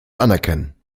anerkennen